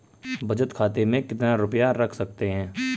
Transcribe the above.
बचत खाते में कितना रुपया रख सकते हैं?